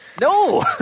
No